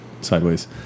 sideways